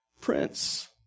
Prince